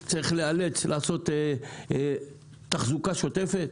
אם צריך לאלץ לעשות תחזוקה שוטפת.